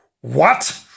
What